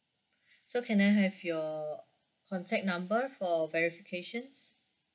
so can I have your contact number for verifications